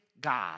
God